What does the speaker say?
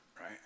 right